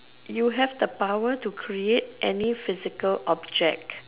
you have the power to create any physical object